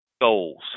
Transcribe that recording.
goals